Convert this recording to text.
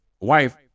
wife